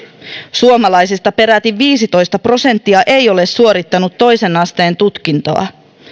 suomalaisista peräti viisitoista prosenttia ei ole suorittanut toisen asteen tutkintoa